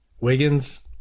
Wiggins